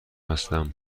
هستم